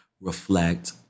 reflect